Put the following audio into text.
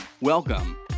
Welcome